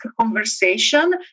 conversation